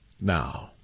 Now